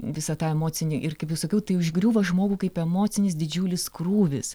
visą tą emocinį ir kaip jau sakiau tai užgriūva žmogų kaip emocinis didžiulis krūvis